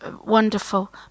wonderful